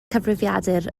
cyfrifiadur